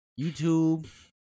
YouTube